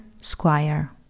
Squire